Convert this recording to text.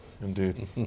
Indeed